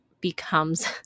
becomes